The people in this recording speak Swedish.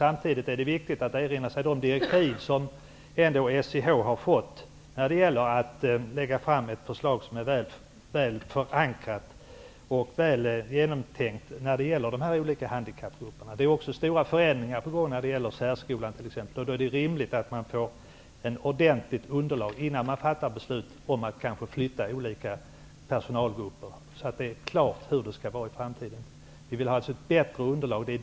Samtidigt är det viktigt att man erinrar sig de direktiv som SIH ändå har fått för att lägga fram ett förslag när det gäller de olika handikappgrupperna som är väl förankrat och genomtänkt. Det är också stora förändringar på gång när det t.ex. gäller särskolan. Då är det rimligt att ta fram ett ordentligt underlag innan beslut fattas om att flytta olika personalgrupper, dvs. så att det kan bli klart hur det skall bli i framtiden. Vi vill alltså ha ett bättre underlag.